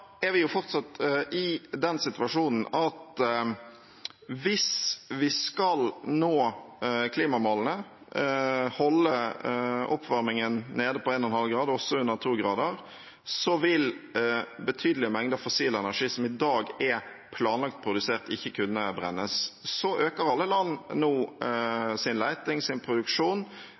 er vi fortsatt i den situasjonen at hvis vi skal nå klimamålene, holde oppvarmingen nede på 1,5 grad – og også under 2 grader – vil betydelige mengder fossil energi som i dag er planlagt produsert, ikke kunne brennes. Så øker alle land nå sin leting, sin produksjon,